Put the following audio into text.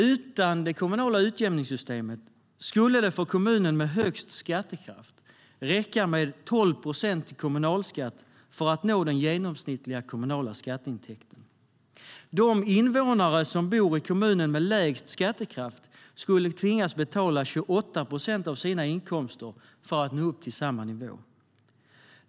Utan det kommunala utjämningssystemet skulle det för kommunen med högst skattekraft räcka med 12 procent i kommunalskatt för att nå den genomsnittliga kommunala skatteintäkten. De invånare som bor i kommunen med lägst skattekraft skulle tvingas betala 28 procent av sina inkomster för att nå upp till samma nivå.